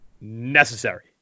necessary